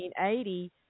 1980